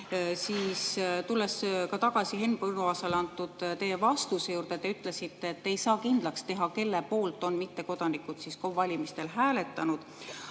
üle. Tulles tagasi Henn Põlluaasale antud vastuse juurde, te ütlesite, et ei saa kindlaks teha, kelle poolt on mittekodanikud valimistel hääletanud,